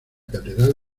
catedral